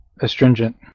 astringent